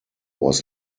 was